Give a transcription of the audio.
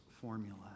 formula